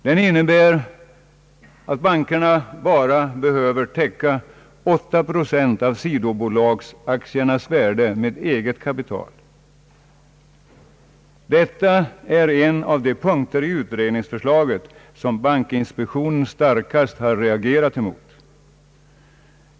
Den innebär att bankerna bara behöver täcka 8 procent av sidobolagsaktiernas värde av eget kapital. Detta är en av de punkter i utredningsförslaget som bankinspektionen starkast har reagerat mot.